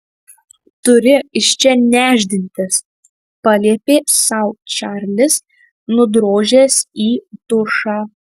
turi iš čia nešdintis paliepė sau čarlis nudrožęs į dušą